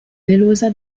delusa